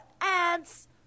ants